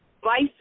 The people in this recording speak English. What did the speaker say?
vice